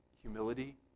humility